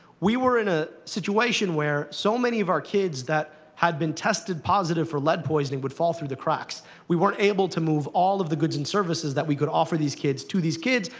we were in a situation where so many of our kids that had been tested positive for lead poisoning would fall through the cracks. we weren't able to move all of the goods and services that we could offer these kids to these kids,